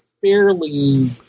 fairly